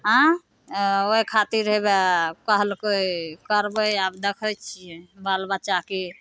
अँ ओहि खातिर हेबे कहलकै करबै आब देखै छिए बाल बच्चाकेँ